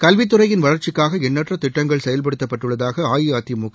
கல்வித் துறையின் வளர்ச்சிக்காக எண்ணற்ற திட்டங்கள் செயல்படுத்தப்பட்டுள்ளதாக அஇஅதிமுக